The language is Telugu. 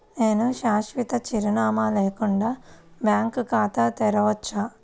నేను శాశ్వత చిరునామా లేకుండా బ్యాంక్ ఖాతా తెరవచ్చా?